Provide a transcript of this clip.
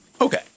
Okay